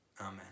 amen